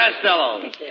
Castello